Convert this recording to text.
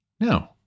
No